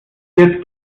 wird